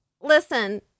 listen